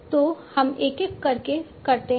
तो हम एक एक करके करते हैं